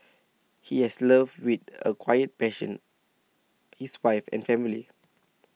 he has loved with a quiet passion his wife and family